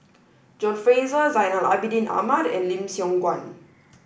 John Fraser Zainal Abidin Ahmad and Lim Siong Guan